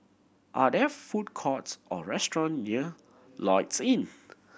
are there food courts or restaurant near Lloyds Inn